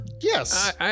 Yes